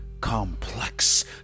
complex